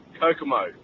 Kokomo